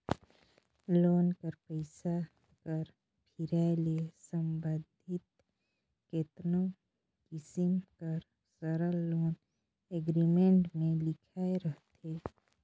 loan कर पइसा कर फिराए ले संबंधित केतनो किसिम कर सरल लोन एग्रीमेंट में लिखाए रहथे